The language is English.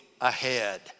ahead